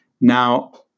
Now